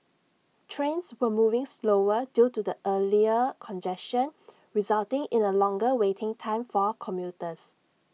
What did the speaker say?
trains were moving slower due to the earlier congestion resulting in A longer waiting time for commuters